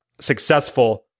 successful